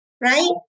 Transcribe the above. right